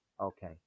Okay